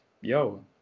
yo